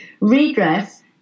Redress